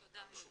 תודה רבה יוגב.